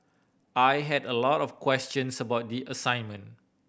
I had a lot of questions about the assignment